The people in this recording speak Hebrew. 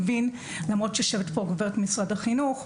למרות שיושבת פה גברת ממשרד החינוך,